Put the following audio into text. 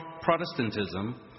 Protestantism